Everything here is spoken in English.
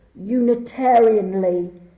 unitarianly